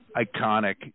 iconic